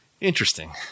Interesting